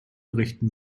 richten